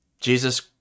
Jesus